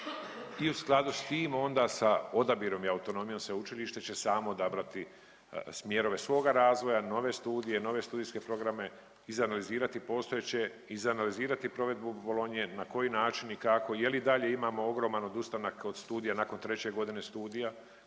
I u skladu sa tim onda sa odabirom i autonomijom sveučilište će samo odabrati smjerove svoga razvoja, nove studije, nove studijske programe, izanalizirati postojeće, izanalizirati provedbu bolonje, na koji način i kako. Je li i dalje imamo ogroman odustanak od studija nakon treće godine studija?